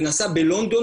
זה נעשה בלונדון,